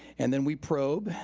and then we probe,